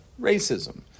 racism